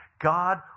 God